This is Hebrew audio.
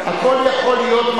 הכול יכול להיות,